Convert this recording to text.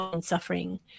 suffering